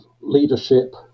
leadership